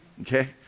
okay